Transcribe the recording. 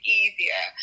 easier